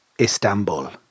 Istanbul